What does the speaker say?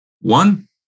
One